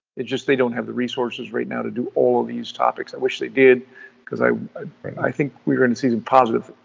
it just they don't have the resources right now to do all of these topics. i wish they did because, i i think we're going to see some positive,